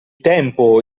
tempo